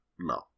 No